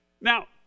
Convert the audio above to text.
Now